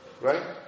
Right